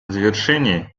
завершение